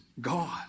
God